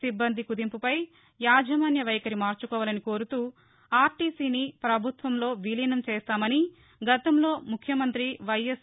సిబ్బంది కుదింపుపై యాజమాన్య వైఖరి మార్చుకోవాలని కోరుతూఆర్టీసిని పభుత్వంలో విలీనం చేస్తామని గతంలో ముఖ్యమంత్రి వైఎస్